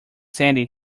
sandy